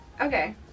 Okay